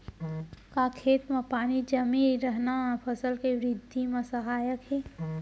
का खेत म पानी जमे रहना फसल के वृद्धि म सहायक हे?